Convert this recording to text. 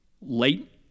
late